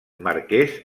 marqués